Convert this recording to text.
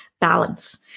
balance